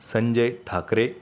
Sanjay Thackeray